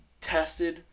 tested